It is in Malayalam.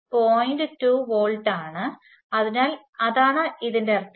2 വോൾട്ട് ആണ് അതിനാൽ അതാണ് ഇതിന്റെ അർത്ഥം